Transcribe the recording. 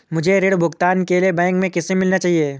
मुझे ऋण भुगतान के लिए बैंक में किससे मिलना चाहिए?